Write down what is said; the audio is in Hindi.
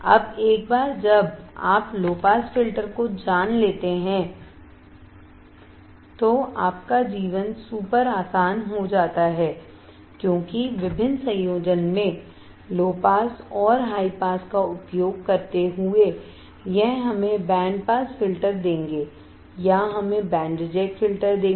अब एक बार जब आप लो पास फ़िल्टर को जान लेते हैं तो आपका जीवन सुपर आसान हो जाता है क्योंकि विभिन्न संयोजन में लो पास और हाई पास का उपयोग करते हुएयह हमें बैंड पास फ़िल्टर देंगे या हमें बैंड रिजेक्ट फ़िल्टर देंगे